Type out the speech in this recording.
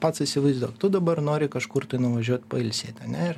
pats įsivaizduok tu dabar nori kažkur tai nuvažiuot pailsėt ane ir